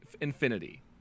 infinity